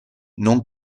non